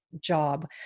job